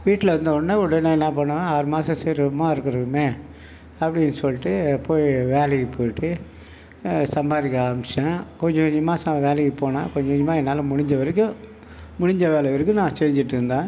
வீட்டில் இருந்தவுடனே உடனே என்ன பண்ணேங்க ஆறு மாசம் சரி சும்மா இருக்கிறோமே அப்படீன்னு சொல்லிட்டு போய் வேலைக்கு போய்ட்டு சம்பாதிக்க ஆரம்பித்தேன் கொஞ்சம் கொஞ்சமாக வேலைக்கு போனேன் கொஞ்சம் கொஞ்சமாக என்னால் முடிஞ்ச வரைக்கும் முடிஞ்ச வேலை இருக்கு நான் செஞ்சுட்டு இருந்தேன்